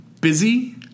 busy